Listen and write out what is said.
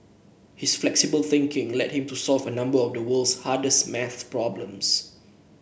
his flexible thinking led him to solve a number of the world's hardest maths problems